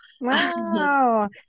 Wow